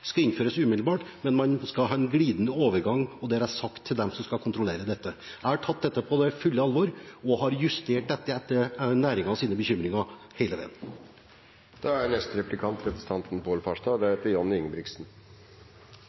skal innføres umiddelbart. Man skal ha en glidende overgang, og det har jeg sagt til dem som skal kontrollere dette. Jeg har tatt dette på fullt alvor og har hele veien justert det etter næringens bekymringer.